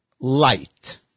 light